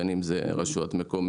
בין אם זה רשויות מקומיות,